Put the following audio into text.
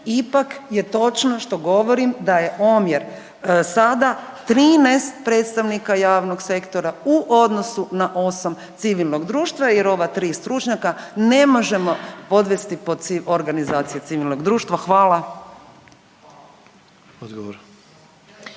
ipak je točno što govorim da je omjer sada 13 predstavnika javnog sektora u odnosu na 8 civilnog društva jer ova 3 stručnjaka ne možemo podvesti pod organizaciju civilnog društva. Hvala.